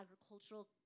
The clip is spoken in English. agricultural